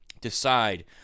decide